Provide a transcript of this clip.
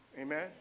Amen